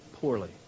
poorly